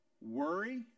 worry